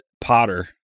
potter